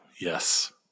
Yes